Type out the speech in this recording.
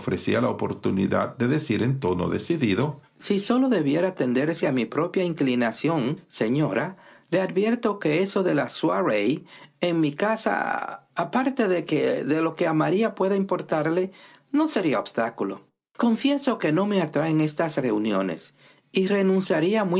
la oportunidad de decir en tono decidido si sólo debiera atenderse a mi propia inclinación señora le advierto que eso de la soirée en mi casaaparte de lo que a maría pueda importarle no sería obstáculo confieso que no me atraen estas reuniones y renunciaría muy gustosa a